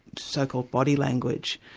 so-called body language.